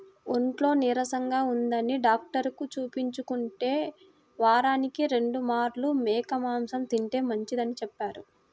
ఒంట్లో నీరసంగా ఉంటందని డాక్టరుకి చూపించుకుంటే, వారానికి రెండు మార్లు మేక మాంసం తింటే మంచిదని చెప్పారు